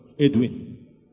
Edwin